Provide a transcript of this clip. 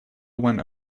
went